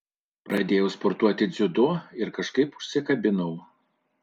pradėjau sportuoti dziudo ir kažkaip užsikabinau